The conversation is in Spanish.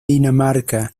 dinamarca